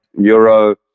euro